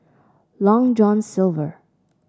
Long John Silver